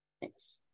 Thanks